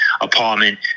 apartment